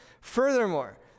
Furthermore